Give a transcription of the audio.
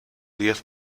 diez